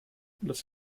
los